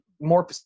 more